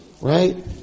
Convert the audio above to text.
right